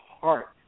heart